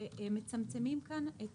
שמצמצמים כאן את